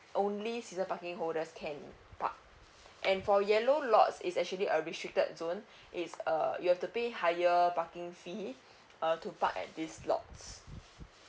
only season parking holders can park and for yellow lots is actually a restricted zones it's uh you have to pay higher parking fee uh to park at this lots